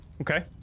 Okay